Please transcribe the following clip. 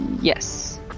Yes